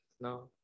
no